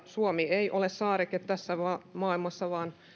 suomi ei ole saareke tässä maailmassa vaan